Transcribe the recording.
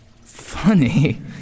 funny